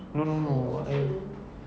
no no no I